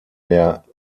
der